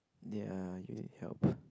ya you need help